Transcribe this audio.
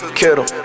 kettle